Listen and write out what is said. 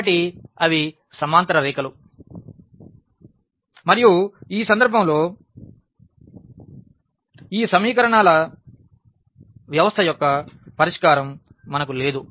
కాబట్టి అవి సమాంతర రేఖలు మరియు ఈ సందర్భంలో ఈ సమీకరణాల వ్యవస్థ యొక్క పరిష్కారం మనకు లేదు